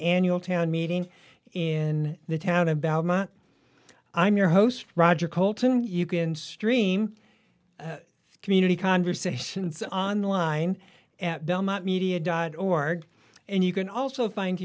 annual town meeting in the town of belmont i'm your host roger colton you can stream community conversations on line at belmont media dot org and you can also find